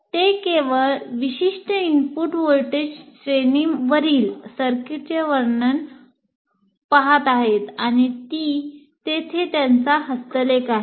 ते केवळ विशिष्ट इनपुट व्होल्टेज श्रेणीवरील सर्किटचे वर्तन पहात आहेत आणि येथे त्याचा हस्तलेख आहे